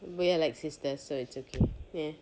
we're like sisters so it's okay ya